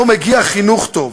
לא מגיע חינוך טוב,